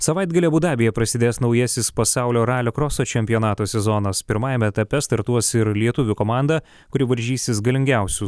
savaitgalį abu dabyje prasidės naujasis pasaulio ralio kroso čempionato sezonas pirmajame etape startuos ir lietuvių komanda kuri varžysis galingiausių